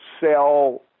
sell